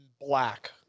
black